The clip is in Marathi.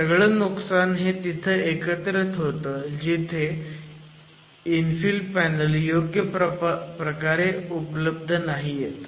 आणि सगळं नुकसान हे तिथं एकत्रित होतं जिथे इन्फिल पॅनल योग्य प्रकारे उपलब्ध नाहीयेत